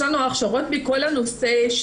יש לנו הכשרות בדיגיטל,